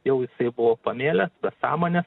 jau jisai buvo pamėlęs sąmonę